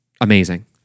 amazing